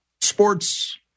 sports